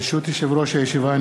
ברשות יושב-ראש הישיבה,